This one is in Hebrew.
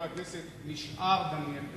הכנסת בן-סימון נשאר דניאל בן-סימון,